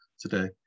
today